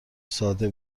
ساده